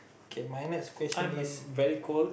okay my next question is